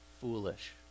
foolish